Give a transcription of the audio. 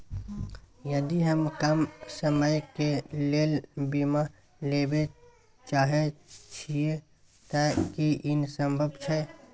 यदि हम कम समय के लेल बीमा लेबे चाहे छिये त की इ संभव छै?